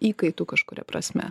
įkaitu kažkuria prasme